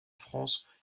france